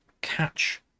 catch